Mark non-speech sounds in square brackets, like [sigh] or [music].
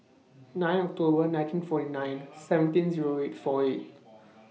nine October nineteen forty nine [noise] seventeen Zero eight four eight [noise]